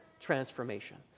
transformation